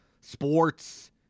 sports